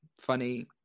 funny